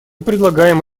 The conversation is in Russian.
предлагаем